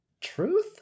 truth